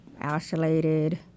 isolated